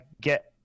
get